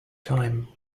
time